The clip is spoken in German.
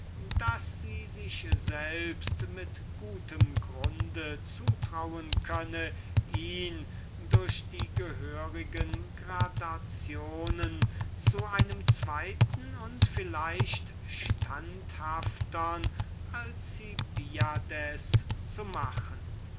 daß sie sich selbst mit gutem grunde zutrauen könne ihn durch die gehörigen gradationen zu einem zweiten und vielleicht standhaftern alcibiades zu machen